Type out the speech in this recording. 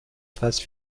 phase